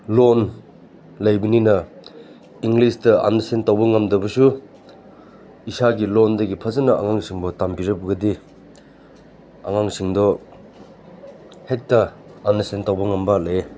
ꯂꯣꯟ ꯂꯩꯕꯅꯤꯅ ꯏꯪꯂꯤꯁꯇ ꯑꯟꯗꯔꯁꯇꯦꯟ ꯇꯧꯕ ꯉꯝꯗꯕꯁꯨ ꯏꯁꯥꯒꯤ ꯂꯣꯟꯗꯒꯤ ꯐꯖꯅ ꯑꯉꯥꯡꯁꯤꯡꯕꯨ ꯇꯝꯕꯤꯔꯕꯗꯤ ꯑꯉꯥꯡꯁꯤꯡꯗꯣ ꯍꯦꯛꯇ ꯑꯟꯗꯔꯁꯇꯦꯟ ꯇꯧꯕ ꯉꯝꯕ ꯂꯩꯌꯦ